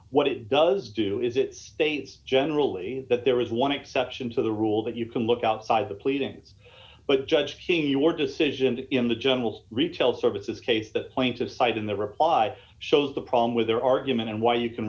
what it does do is it states generally that there is one exception to the rule that you can look outside the pleadings but judge king your decisions in the jungles retail services case the plaintiff side in the reply shows the problem with their argument and why you can